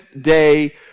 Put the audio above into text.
day